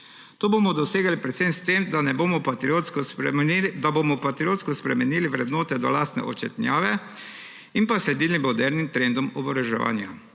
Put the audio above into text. To bomo dosegli predvsem s tem, da bomo patriotsko spremenili vrednote do lastne očetnjave in pa sledili modernim trendom oboroževanja.